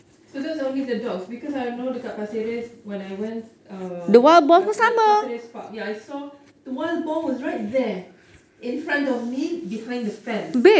so that's only the dogs because I know dekat pasir ris when I went uh pasir park ya I saw the wild boar was right there in front of me behind the fence